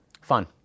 Fun